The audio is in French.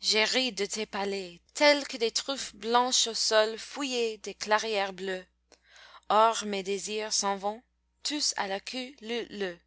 j'ai ri de tes palais tels que des truffes blanches au sol fouillé de clairières bleues or mes désirs s'en vont tous à la queue leu leu